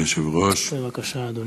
אדוני היושב-ראש, בבקשה, אדוני.